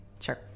Sure